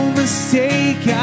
mistake